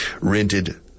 rented